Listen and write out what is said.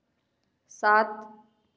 सात